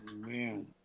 Man